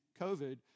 COVID